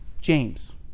James